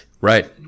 Right